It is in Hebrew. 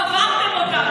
קברתם אותן.